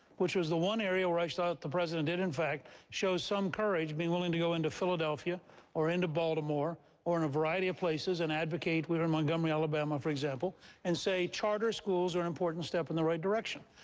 which was the one area where i thought the president did in fact show some courage, being willing to go into philadelphia or into baltimore or in a variety of places and advocate we were in montgomery, alabama, for example and say charter schools are an important step in the right direction.